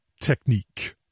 technique